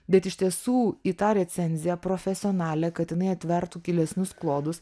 bet iš tiesų į tą recenziją profesionalią kad jinai atvertų gilesnius klodus